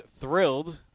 thrilled